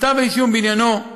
כתב האישום בעניינו,